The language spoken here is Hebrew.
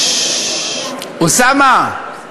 אוסאמה.